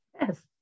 Yes